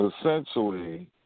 essentially